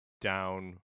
down